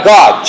God